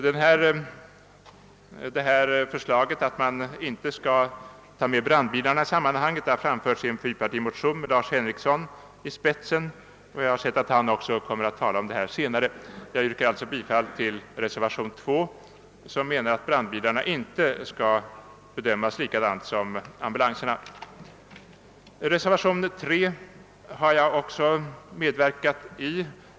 Förslaget att brandfordonen icke skall omfattas av den ökade besiktning som föreslås för ambulansfordon har framförts i en fyrpartimotion av herr Henrikson m.fl. Jag har sett att han kommer att senare tala i detta ärende. Jag yrkar alltså bifall till reservation II som innebär att brandbilarna i detta avseende inte skall bedömas på samma sätt som ambulansfordonen. Reservation III har jag också med verkat till.